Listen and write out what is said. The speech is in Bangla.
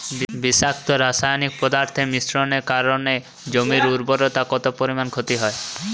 বিষাক্ত রাসায়নিক পদার্থের মিশ্রণের কারণে জমির উর্বরতা কত পরিমাণ ক্ষতি হয়?